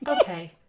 Okay